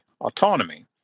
autonomy